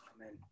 Amen